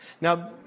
Now